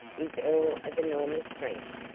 is all of enormous strength,